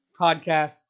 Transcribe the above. podcast